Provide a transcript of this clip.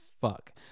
fuck